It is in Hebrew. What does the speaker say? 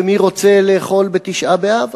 ומי רוצה לאכול בתשעה באב?